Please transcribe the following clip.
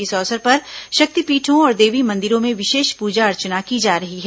इस अवसर पर शक्तिपीठों और देवी मंदिरों में विशेष पूजा अर्चना की जा रही है